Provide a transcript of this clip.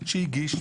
שהגיש.